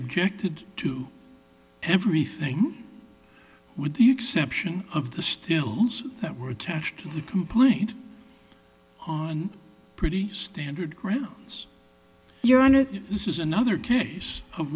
objected to everything with the exception of the still that were attached to the complaint on pretty standard grounds your honor this is another case of